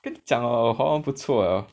跟你讲了我华文不错了 lor